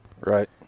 Right